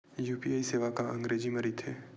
UPI सेवा का अंग्रेजी मा रहीथे?